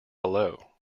below